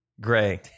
gray